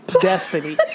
Destiny